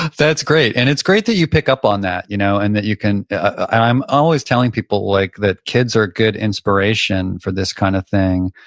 that's great. and it's great that you pick up on that you know and that you can, i'm always telling people like that kids are a good inspiration for this kind of thing.